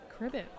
Cribbit